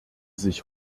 sich